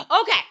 Okay